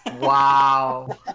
Wow